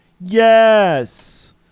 Yes